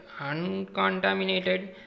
uncontaminated